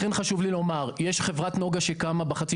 לכן חשוב לי לומר שיש חברת נגה שקמה בחצי